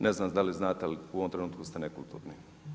Ne znam da li znate ali u ovom trenutku ste nekulturni.